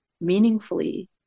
meaningfully